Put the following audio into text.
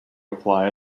apply